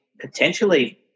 potentially